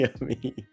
yummy